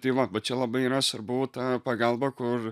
tai va va čia labai yra svarbu ta pagalba kur